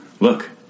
Look